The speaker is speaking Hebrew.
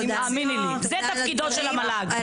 תאמיני לי, זה תפקידו של המל"ג.